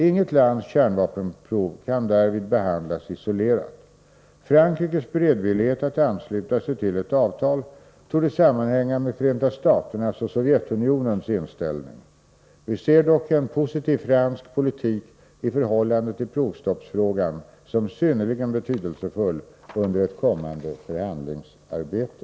Inget lands kärnvapenprov kan därvid behandlas isolerat. Frankrikes beredvillighet att ansluta sig till ett avtal torde sammanhänga med Förenta staternas och Sovjetunionens inställning. Vi ser dock en positiv fransk politik i förhållande till provstoppsfrågan som synnerligen betydelsefull under ett kommande förhandlingsarbete.